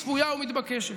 צפויה ומתבקשת,